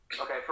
Okay